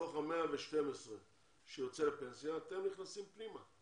מתוך ה-112 שיוצא לפנסיה אתם נכנסים פנימה,